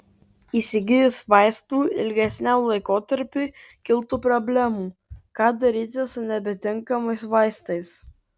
įsigijus vaistų ilgesniam laikotarpiui kiltų problemų ką daryti su nebetinkamais vaistais